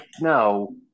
no